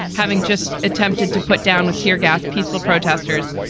having just attempted to put down with tear gas, peaceful protesters,